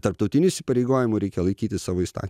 tarptautinių įsipareigojimų reikia laikytis savo įstatymų